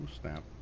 snap